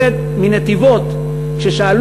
מלמדים ילדים מה זה דוחות כספיים,